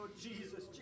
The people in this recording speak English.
Jesus